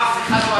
אף אחד לא היה.